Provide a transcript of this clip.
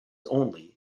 only